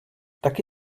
taky